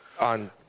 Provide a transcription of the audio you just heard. On